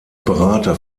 berater